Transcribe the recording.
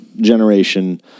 generation